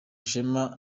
ishema